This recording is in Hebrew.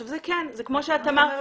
זה כן, כמו שאת אמרת